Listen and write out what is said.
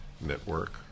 Network